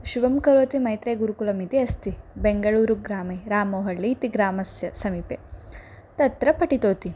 शुभं करोति मैत्रेयीगुरुकुलम् इति अस्ति बेङ्गलूरुग्रामे रामोहल्लि इति ग्रामस्य समीपे तत्र पठितवती